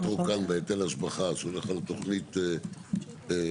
מה --- בהיטל השבחה שהוא הולך על תוכנית כוללנית,